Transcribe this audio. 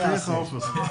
אני עכשיו בודק.